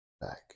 back